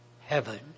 heaven